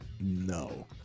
No